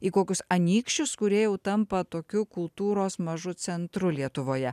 į kokius anykščius kurie jau tampa tokiu kultūros mažu centru lietuvoje